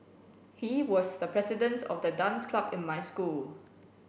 he was the president of the dance club in my school